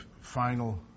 final